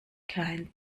kein